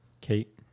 kate